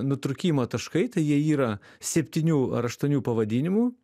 nutrūkimo taškai tai jie yra septynių ar aštuonių pavadinimų